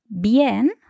Bien